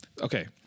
okay